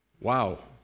Wow